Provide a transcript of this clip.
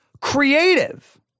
creative